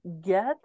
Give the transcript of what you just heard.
Get